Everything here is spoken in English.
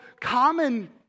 common